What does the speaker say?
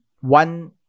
one